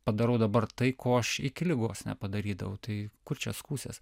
padarau dabar tai ko aš iki ligos nepadarydavau tai kur čia skųsies